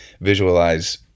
visualize